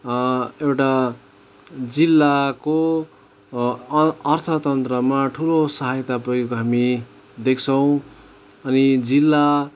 एउटा जिल्लाको अ अर्थतन्त्रमा ठुलो सहायता पुगेको हामी देख्छौँ अनि जिल्ला